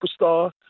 superstar